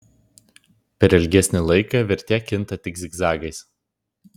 per ilgesnį laiką vertė kinta tik zigzagais